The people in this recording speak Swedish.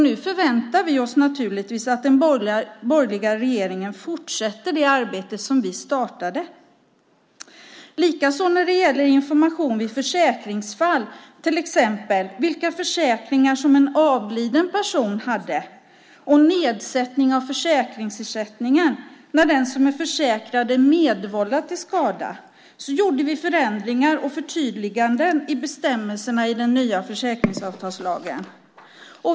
Nu förväntar vi oss naturligtvis att den borgerliga regeringen fortsätter det arbete som vi startade. När det gäller information vid försäkringsfall, till exempel vilka försäkringar som en avliden person hade, och nedsättning av försäkringsersättningen när den som är försäkrad är medvållande till skada gjorde vi också förändringar och förtydliganden i bestämmelserna i den nya försäkringsavtalslagen.